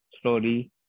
slowly